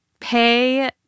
pay